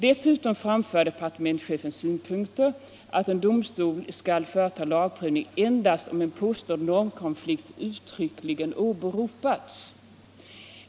Dessutom framför departementschefen synpunkten att en domstol skall företa lagprövning endast om en påstådd normkonflikt uttryckligen åberopats.